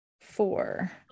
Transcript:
four